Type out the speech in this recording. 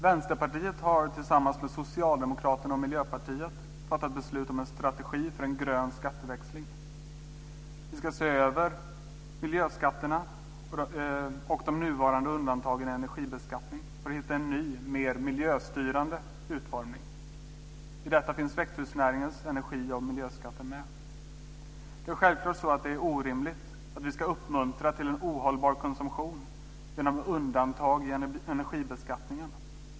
Vänsterpartiet har tillsammans med Socialdemokraterna och Miljöpartiet fattat beslut om en strategi för en grön skatteväxling. Vi ska se över miljöskatterna och de nuvarande undantagen i energibeskattning för att hitta en ny mer miljöstyrande utformning. I denna skatteväxling finns växthusnäringens energi och miljöskatter med. Det är självklart orimligt att vi ska uppmuntra till en ohållbar konsumtion genom undantag i energibeskattningen.